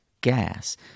gas